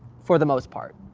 for the most part.